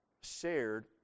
shared